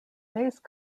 base